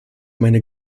meine